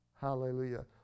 Hallelujah